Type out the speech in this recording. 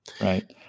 Right